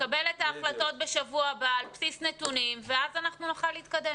נקבל את ההחלטות בשבוע הבא על בסיס נתונים ואז נוכל להתקדם.